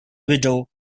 widow